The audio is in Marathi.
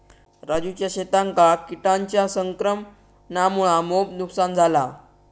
राजूच्या शेतांका किटांच्या संक्रमणामुळा मोप नुकसान झाला